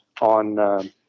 on –